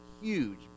huge